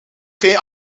geen